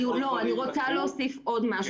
אני רוצה להוסיף עוד משהו.